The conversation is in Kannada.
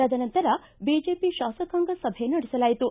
ತದನಂತರ ಬಿಜೆಪಿ ಶಾಸಕಾಂಗ ಸಭೆ ನಡೆಸಲಾಯಿತು